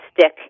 stick